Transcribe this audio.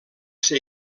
ser